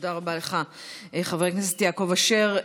תודה רבה לך, חבר הכנסת יעקב אשר.